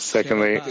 Secondly